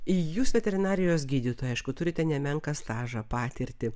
jūs veterinarijos gydytoja aišku turite nemenką stažą patirtį